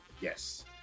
Yes